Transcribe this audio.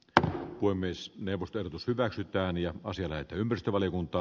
tätä voi myös neuvottelut us hyväksytään ja asialle ympäristövaliokunta